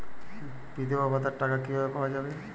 বিধবা ভাতার টাকা কিভাবে পাওয়া যাবে?